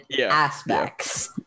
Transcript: aspects